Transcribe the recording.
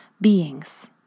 beings